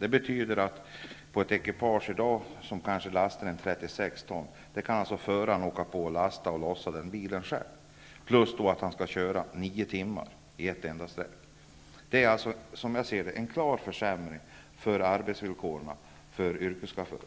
Det betyder att föraren kan åka på att lasta och lossa en last på kanske 36 ton själv. Dessutom skall han köra nio timmar i sträck. Det är, som jag ser det, en klar försämring av arbetsvillkoren för yrkeschaufförer.